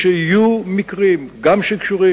וידענו שיהיו גם מקרים שקשורים